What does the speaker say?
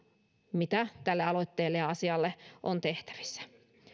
mitä tälle aloitteelle ja asialle on tehtävissä